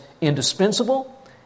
indispensable